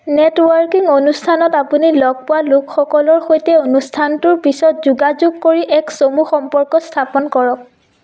networking অনুষ্ঠানত আপুনি লগ পোৱা লোকসকলৰ সৈতে অনুষ্ঠানটোৰ পিছত যোগাযোগ কৰি এক চমু সম্পৰ্ক স্থাপন কৰক